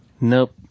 nope